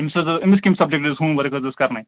أمِس حظ ٲس أمِس کمہِ سَبجَکٹٕچ ہوٗم ؤرک حظ ٲس کَرنے